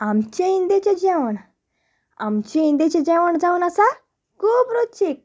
आमचे इंंडियेचें जेवण आमचें इंंडियेचें जेवण जावन आसा खूब रुचीक